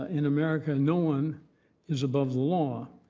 in america no one is above the law.